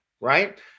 right